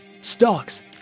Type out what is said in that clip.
stocks